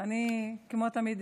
כמו תמיד,